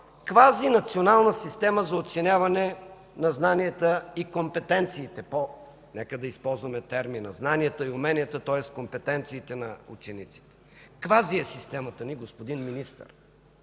квази национална система за оценяване на знанията и компетенциите, по, нека да използваме термина, знанията и уменията, тоест, компетенциите на учениците. Квази е системата ни, господин Министър!